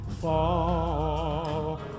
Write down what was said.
fall